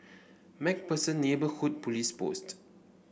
MacPherson Neighbourhood Police Post